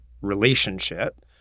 relationship